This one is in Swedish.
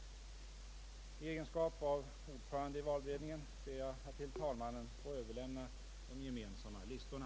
I egenskap av ordförande i valberedningen ber jag att till talmannen få överlämna de gemensamma listorna.